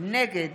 נגד